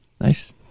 nice